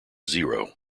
zero